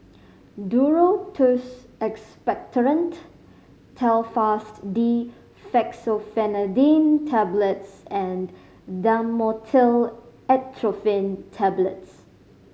Duro Tuss Expectorant Telfast D Fexofenadine Tablets and Dhamotil Atropine Tablets